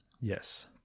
Yes